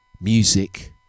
Music